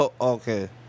Okay